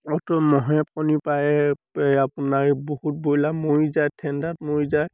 অ'ত ত'ত মহে কণী পাৰে এই আপোনাৰ বহুত ব্ৰইলাৰ মৰি যায় ঠাণ্ডাত মৰি যায়